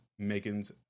Megan's